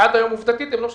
עד היום הם לא שבתו.